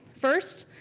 first,